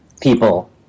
people